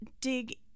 dig